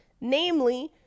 Namely